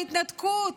ההתנתקות,